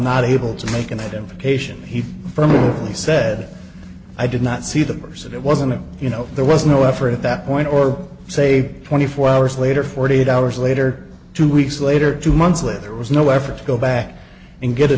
not able to make an identification he firmly he said i did not see the murders and it wasn't you know there was no effort at that point or say twenty four hours later forty eight hours later two weeks later two months later there was no effort to go back and get a